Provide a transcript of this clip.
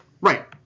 Right